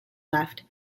left